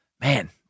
Man